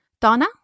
Donna